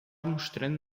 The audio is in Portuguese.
mostrando